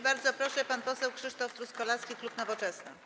Bardzo proszę, pan poseł Krzysztof Truskolaski, klub Nowoczesna.